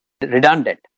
redundant